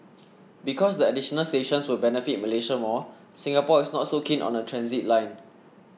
because the additional stations will benefit Malaysia more Singapore is not so keen on the transit line